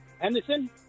Anderson